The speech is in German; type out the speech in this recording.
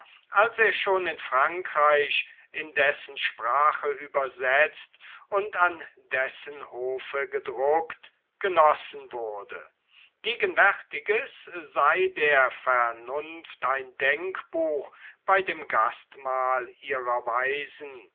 als er schon in frankreich in dessen sprache übersetzt und an dessen hofe gedruckt genossen wurde gegenwärtiges sei der vernunft ein denkbuch bei dem gastmahl ihrer weisen